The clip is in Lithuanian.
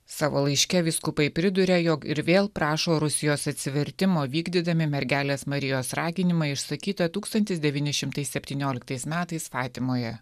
savo laiške vyskupai priduria jog ir vėl prašo rusijos atsivertimo vykdydami mergelės marijos raginimą išsakytą tūkstantis devyni šimtai septynioliktais metais fatimoje